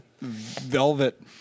velvet